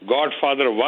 Godfather